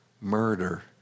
Murder